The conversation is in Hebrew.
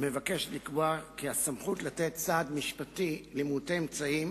מבקשת לקבוע כי הסמכות לתת סעד משפטי למעוטי אמצעים,